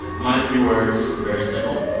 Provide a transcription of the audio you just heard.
my three words very simple.